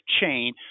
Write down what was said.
chain